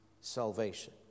salvation